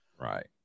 Right